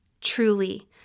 truly